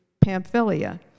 Pamphylia